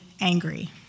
angry